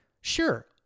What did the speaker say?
Sure